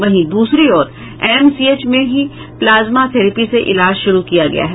वहीं दूसरी ओर एनएमसीएच में ही प्लाज्मा थेरेपी से इलाज शुरू किया गया है